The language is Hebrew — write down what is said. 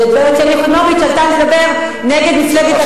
וגברת שלי יחימוביץ עלתה לדבר נגד מפלגת,